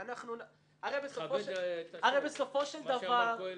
יחליף אותה שר, ויבוא אחר.